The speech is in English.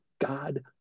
God